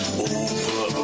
over